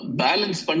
balance